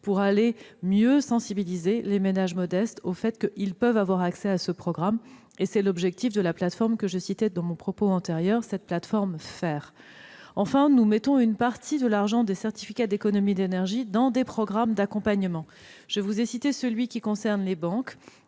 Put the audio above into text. plus loin, en sensibilisant les ménages modestes au fait qu'ils peuvent avoir accès à ce programme. Tel est l'objectif de la plateforme FAIRE, que je citais dans mon propos précédent. Enfin, nous mettons une partie de l'argent des certificats d'économie d'énergie dans des programmes d'accompagnement. Je vous ai cité celui qui concerne les banques,